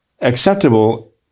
acceptable